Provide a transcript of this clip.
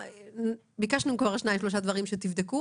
ביקשנו כבר שניים-שלושה דברים שתבדקו,